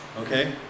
okay